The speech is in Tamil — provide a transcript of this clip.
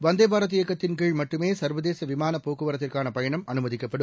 வந்தே பாரத் இயக்கத்தின்கீழ் மட்டுமே சர்வதேச விமான போக்குவரத்துக்கான பயணம் அனுமதிக்கப்படும்